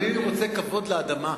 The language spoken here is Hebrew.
אני רוצה כבוד לאדמה,